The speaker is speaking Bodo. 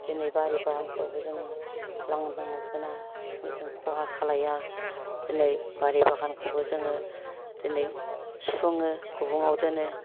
दिनै बारि बागानफ्रावबो जोङो लांदांआव दोना दिनै जों खहा खालाया दिनै बारि बागानखौबो जोङो दिनै सुफुङो गुबुंआव दोनो